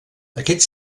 aquests